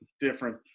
different